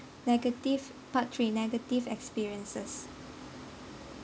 negative part three negative experiences